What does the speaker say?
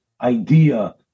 idea